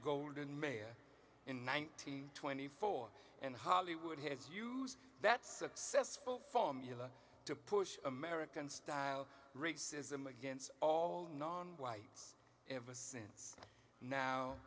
golden mayor in nineteen twenty four and hollywood has used that successful formula to push american style racism against all non whites ever since now